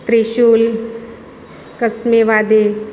ત્રિશુલ Kasme વાદે